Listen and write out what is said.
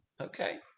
Okay